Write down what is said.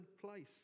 place